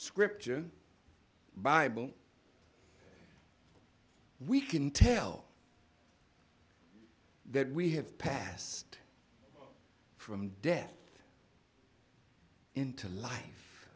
scripture bible we can tell that we have passed from death into life